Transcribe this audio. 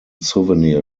souvenir